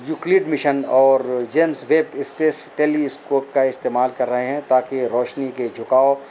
Euclid mission اور James Webb space telescope کا استعمال کر رہے ہیں تاکہ روشنی کے جھکاؤ